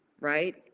right